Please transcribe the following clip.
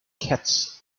cats